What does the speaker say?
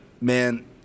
man